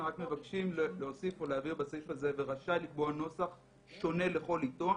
מבקשים להוסיף ולהבהיר בסעיף הזה: "ורשאי לקבוע נוסח שונה לכל עיתון",